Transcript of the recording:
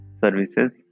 services